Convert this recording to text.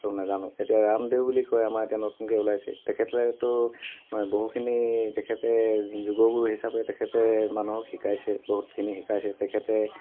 সেইটো নাজানো এতিয়া ৰামদেৱ বুলি কয় আমাৰ এতিয়া নতুনকৈ ওলাইছে তেখেতেতো মানে বহুখিনি তেখেতে যোগগুৰু হিচাপে তেখেতে মানুহক শিকাইছে বহুতখিনি শিকাইছে তেখেতে